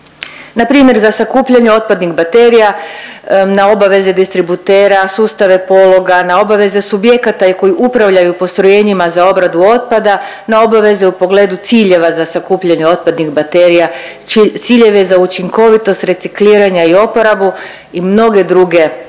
Na primjer za sakupljanje otpadnih baterija, na obaveze distributera, sustave pologa, na obaveze subjekata i koji upravljaju postrojenjima za obradu otpada, na obaveze u pogledu ciljeva za sakupljanje otpadnih baterija, ciljeve za učinkovitost recikliranja i oporabu i mnoge druge obaveze.